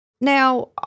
Now